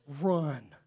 Run